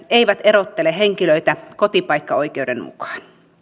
eivät erottele henkilöitä kotipaikkaoikeuden mukaan